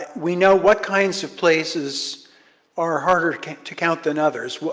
ah we know what kinds of places are harder to count than others.